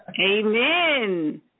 Amen